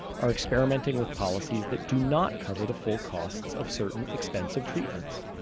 are experimenting with policies that do not cover the full costs of certain expensive treatments.